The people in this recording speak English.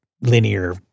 linear